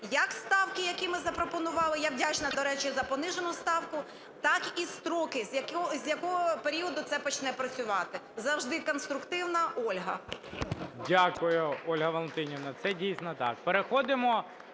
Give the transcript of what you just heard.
як ставки, які ми запропонували. Я вдячна, до речі, за понижену ставку. Так і строки, з якого періоду це почне працювати. Завжди конструктивна Ольга. ГОЛОВУЮЧИЙ. Дякую, Ольга Валентинівна. Це дійсно так. Переходимо